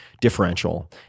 differential